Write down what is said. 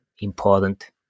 important